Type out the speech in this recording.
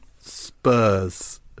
Spurs